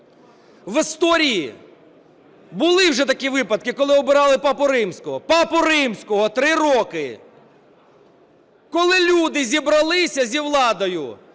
В історії були вже такі випадки, коли обирали Папу Римського. Папу Римського! 3 роки! Коли люди зібралися із владою,